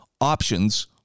options